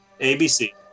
ABC